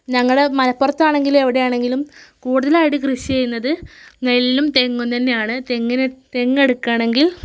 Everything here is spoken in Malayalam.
ഞങ്ങളുടെ മലപ്പുറത്താണെങ്കിലും എവിടെയാണെങ്കിലും കൂടുതലായിട്ട് കൃഷി ചെയ്യുന്നതു നെല്ലും തെങ്ങും തന്നെയാണ് തെങ്ങിന് തെങ്ങെടുക്കണങ്കിൽ